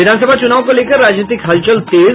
विधान सभा चुनाव को लेकर राजनीतिक हलचल तेज